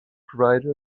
provided